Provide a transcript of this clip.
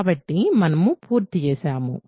కాబట్టి మనము పూర్తి చేసాము